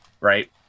right